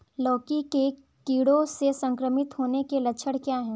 लौकी के कीड़ों से संक्रमित होने के लक्षण क्या हैं?